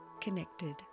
Connected